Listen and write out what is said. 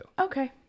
Okay